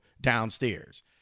downstairs